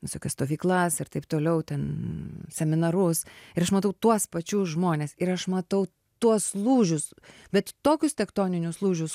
visokias stovyklas ir taip toliau ten seminarus ir aš matau tuos pačius žmones ir aš matau tuos lūžius bet tokius tektoninius lūžius